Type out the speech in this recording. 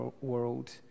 world